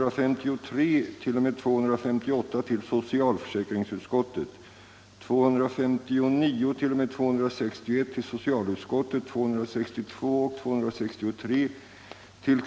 Arbetskonflikter under senare tid inom denna bransch har eftertryckligt understrukit behovet härav.